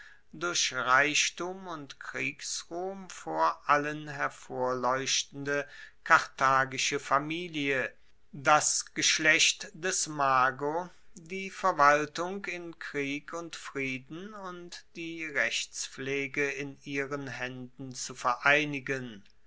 durch reichtum und kriegsruhm vor allen hervorleuchtende karthagische familie das geschlecht des mago die verwaltung in krieg und frieden und die rechtspflege in ihren haenden zu vereinigen